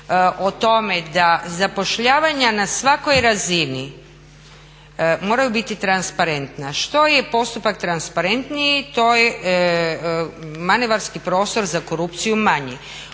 o tome da zapošljavanja na svakoj razini moraju biti transparentna. Što je postupak transparentniji to je manevarski prostor za korupciju manji.